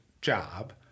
job